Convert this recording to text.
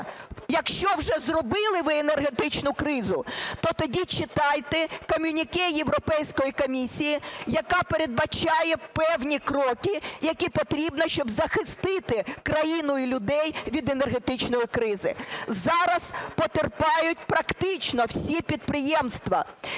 якщо вже зробили ви енергетичну кризу, то тоді читайте комюніке Європейської комісії, яка передбачає певні кроки, які потрібно, щоб захистити країну і людей від енергетичної кризи. Зараз потерпають практично всі підприємства,